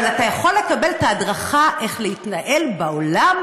אבל אתה יכול לקבל את ההדרכה איך להתנהל בעולם,